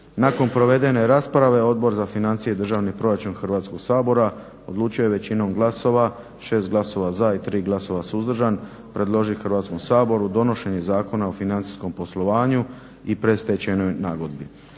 Nakon provedene rasprave Odbor za financije i državni proračun Hrvatskog sabora odlučio je većinom glasova 6 glasova za i 3 glasa suzdržan predložiti Hrvatskom saboru donošenje Zakona o financijskom poslovanju i predstečajnoj nagodbi.